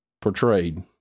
portrayed